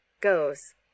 Goes